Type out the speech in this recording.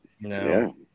No